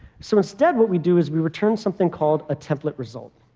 so instead what we do is we return something called a template result.